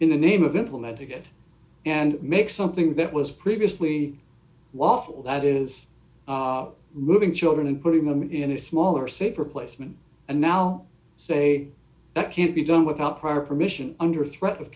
in the name of implementing it and make something that was previously waffle that is moving children and putting them in a smaller safer placement and now say that can't be done without prior permission under threat of